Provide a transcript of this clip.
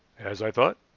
as i thought,